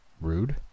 Rude